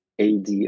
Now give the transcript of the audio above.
ad